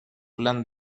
plan